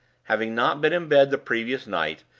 having not been in bed the previous night,